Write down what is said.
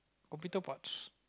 computer parts